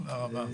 תודה רבה.